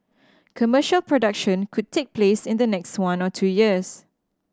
commercial production could take place in the next one or to two years